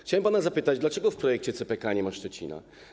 Chciałem pana zapytać: Dlaczego w projekcie CPK nie ma Szczecina?